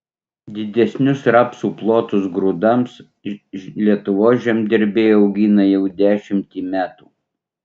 didesnius rapsų plotus grūdams lietuvos žemdirbiai augina jau dešimtį metų